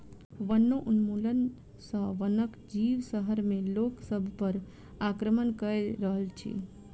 वनोन्मूलन सॅ वनक जीव शहर में लोक सभ पर आक्रमण कअ रहल अछि